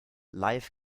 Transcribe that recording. life